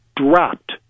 dropped